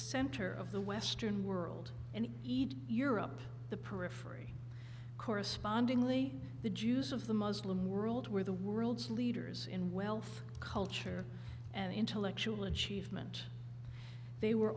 center of the western world and eat europe the periphery correspondingly the jews of the muslim world where the world's leaders in wealth culture and intellectual achievement they were